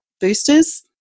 boosters